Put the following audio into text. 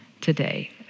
today